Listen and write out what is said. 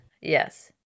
yes